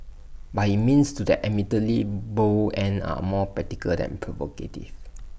but his means to that admittedly bold end are more practical than provocative